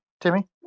Timmy